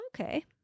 Okay